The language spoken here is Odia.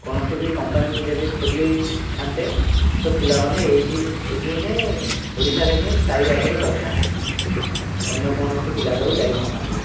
କୌଣସି ବି କମ୍ପାନୀ ଯଦି ଖୋଲି ଥାନ୍ତେ ତ ପିଲାମାନେ ଏଇଠି ଏଇଠି ହିଁ ଓଡ଼ିଶାରେ ହିଁ ସ୍ଥାୟୀ ଭାବରେ ରହିଥାନ୍ତେ ଅନ୍ୟ କୌଣସି ଜାଗାକୁ ଯାଇନଥାନ୍ତେ